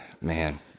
man